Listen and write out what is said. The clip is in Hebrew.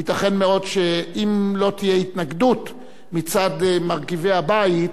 ייתכן מאוד, אם לא תהיה התנגדות מצד מרכיבי הבית,